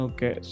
Okay